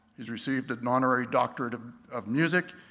he's received an honorary doctorate of of music,